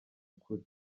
ukuri